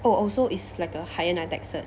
oh oh so is like a higher NITEC cert